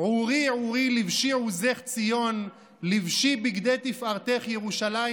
"עורי עורי לבשי עֻזך ציון לבשי בגדי תפארתך ירושלם